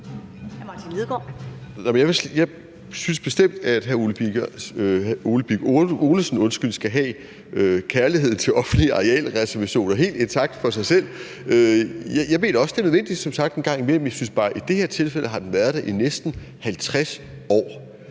Jeg synes bestemt, at hr. Ole Birk Olesen skal have sin kærlighed til offentlige arealreservationer intakt for sig selv. Jeg mener som sagt også, at det en gang imellem er nødvendigt.